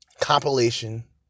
Compilation